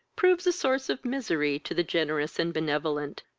proves a source of misery to the generous and benevolent,